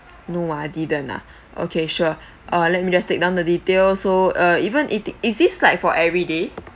no ah didn't ah okay sure uh let me just take down the detail so uh even it is it like for every day